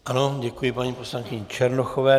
Ano, děkuji paní poslankyni Černochové.